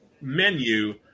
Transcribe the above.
menu